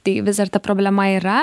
tai vis dar ta problema yra